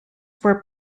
were